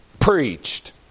preached